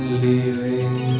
leaving